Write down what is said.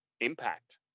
Impact